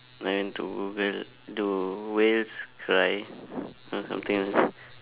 I went to google do whales cry or something else